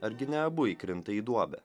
argi ne abu įkrinta į duobę